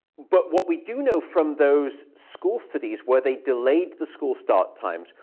but what we do know from those school studies where they delayed the school start times,